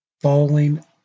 falling